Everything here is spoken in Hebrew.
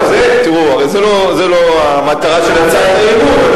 טוב, זו לא המטרה של הצעת האי-אמון.